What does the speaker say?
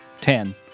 ten